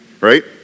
Right